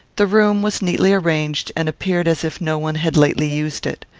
the room was neatly arranged, and appeared as if no one had lately used it.